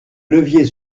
levier